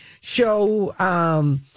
show